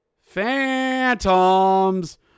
Phantoms